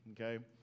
okay